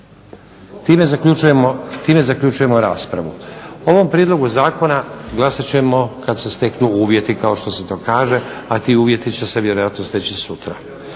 Time zaključujemo raspravu. O ovom prijedlogu zakona glasat ćemo kad se steknu uvjeti kao što se to kaže, a ti uvjeti će se vjerojatno steći sutra.